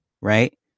right